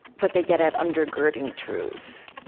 but they get at undergirding truths.